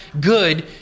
good